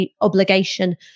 obligation